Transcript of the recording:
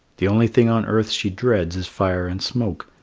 the only thing on earth she dreads is fire and smoke,